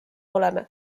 oleme